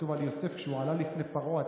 כתוב על יוסף שכשהוא עלה לפני פרעה,